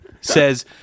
Says